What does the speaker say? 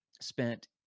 spent